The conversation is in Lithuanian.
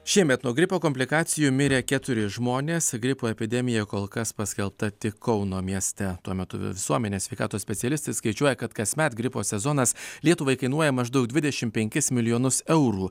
šiemet nuo gripo komplikacijų mirė keturi žmonės gripo epidemija kol kas paskelbta tik kauno mieste tuo metu visuomenės sveikatos specialistai skaičiuoja kad kasmet gripo sezonas lietuvai kainuoja maždaug dvidešimt penkis milijonus eurų